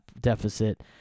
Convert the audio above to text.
deficit